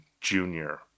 junior